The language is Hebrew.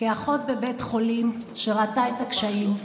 כאחות בבית חולים שראתה את הקשיים,